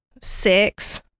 six